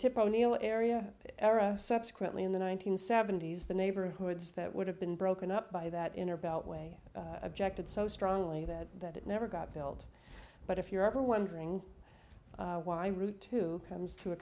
tip o'neill area era subsequently in the one nine hundred seventy s the neighborhoods that would have been broken up by that inner beltway objected so strongly that that it never got built but if you're ever wondering why route two comes to a